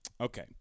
Okay